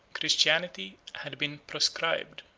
christianity had been proscribed,